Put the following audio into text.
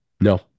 No